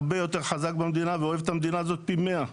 הרבה יותר חזק במדינה ואוהב את המדינה הזאת פי 100 יותר,